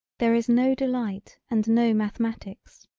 there is no delight and no mathematics.